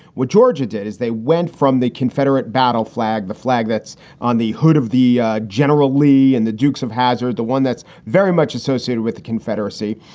what georgia did is they went from the confederate battle flag, the flag that's on the hood of the general lee and the dukes dukes of hazzard, the one that's very much associated with the confederacy.